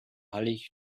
hallig